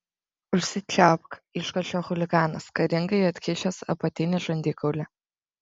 užsičiaupk iškošė chuliganas karingai atkišęs apatinį žandikaulį